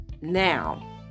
now